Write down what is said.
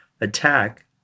attack